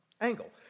angle